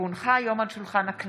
כי הונחו היום על שולחן הכנסת,